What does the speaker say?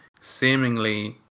seemingly